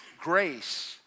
Grace